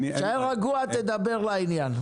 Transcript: תישאר רגוע, דבר לעניין.